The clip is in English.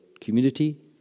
community